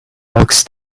looks